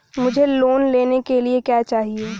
मुझे लोन लेने के लिए क्या चाहिए?